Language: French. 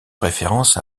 référence